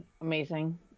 amazing